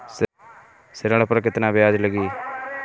ऋण पर केतना ब्याज लगी?